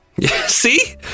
See